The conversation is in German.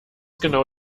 genau